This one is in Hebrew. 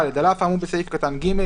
על אף האמור בסעיף קטן (ג),